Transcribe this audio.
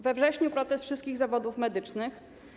We wrześniu protest wszystkich zawodów medycznych.